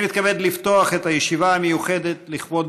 אני מתכבד לפתוח את הישיבה המיוחדת לכבוד